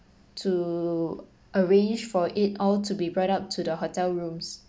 to arrange for it all to be brought up to the hotel rooms